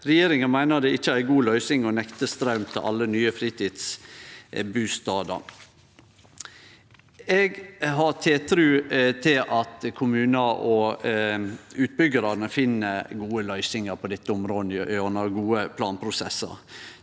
Regjeringa meiner det ikkje er ei god løysing å nekte straum til alle nye fritidsbustader. Eg har tiltru til at kommunane og utbyggjarane finn gode løysingar på dette området gjennom gode planprosessar.